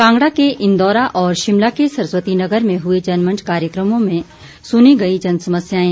कांगड़ा के इंदौरा और शिमला के सरस्वती नगर में हुए जनमंच कार्यक्रमों में सुनी गई जन समस्याएं